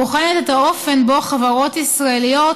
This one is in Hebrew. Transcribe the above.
הבוחנת את האופן שבו חברות ישראליות